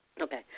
Okay